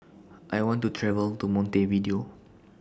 I want to travel to Montevideo